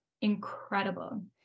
incredible